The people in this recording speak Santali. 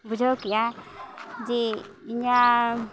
ᱵᱩᱡᱷᱟᱹᱣ ᱠᱮᱜᱼᱟ ᱡᱮ ᱤᱧᱟᱹᱜ